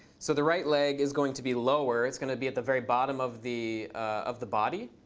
so the right leg is going to be lower. it's going to be at the very bottom of the of the body.